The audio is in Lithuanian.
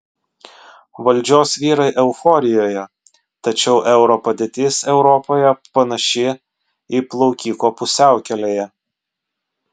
valdžios vyrai euforijoje tačiau euro padėtis europoje panaši į plaukiko pusiaukelėje